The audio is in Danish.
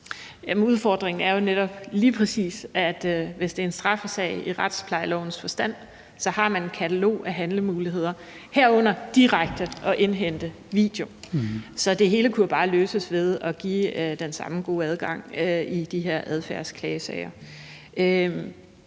præcis, at man, hvis det er en straffesag i retsplejelovens forstand, så har et katalog af handlemuligheder, herunder direkte at indhente videooptagelser. Så det hele kunne jo bare løses ved at give den samme gode adgang i de her adfærdsklagesager.